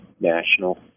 national